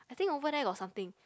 I think over there got something